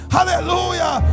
Hallelujah